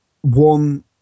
one